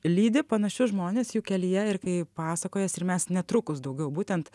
lydi panašius žmones jų kelyje ir kai pasakojas ir mes netrukus daugiau būtent